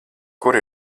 kur